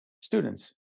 students